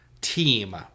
team